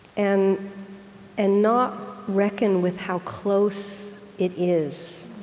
and and not reckon with how close it is